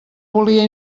volia